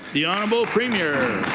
the honorable premier.